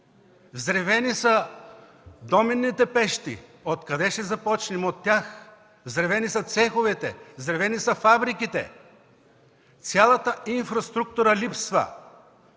Взривени са доменните пещи. Откъде ще започнем – от тях? Взривени са цеховете, взривени са фабриките, цялата инфраструктура липсва.